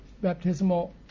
baptismal